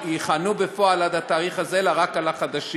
שיכהנו בפועל עד התאריך הזה, אלא רק על החדשים.